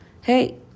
Hey